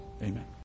Amen